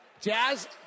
Jazz